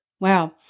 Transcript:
Wow